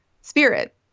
spirit